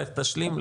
לך תשלים,